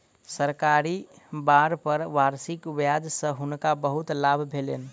सरकारी बांड पर वार्षिक ब्याज सॅ हुनका बहुत लाभ भेलैन